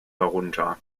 darunter